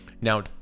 Now